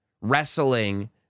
wrestling